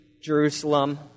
Jerusalem